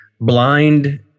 blind